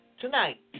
tonight